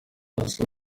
nazo